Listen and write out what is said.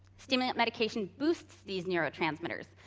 stimulant medication boosts these neurotransmitters,